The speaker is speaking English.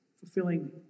Fulfilling